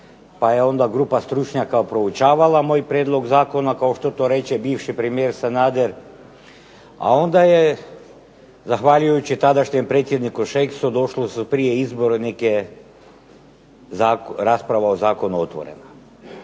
pa je onda grupa stručnjaka proučavala moj prijedlog zakona kao što to reče bivši premijer Sanader, a onda je zahvaljujući tadašnjem predsjedniku Šeksu prije izbora rasprava o zakonu otvorena.